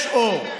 יש אור,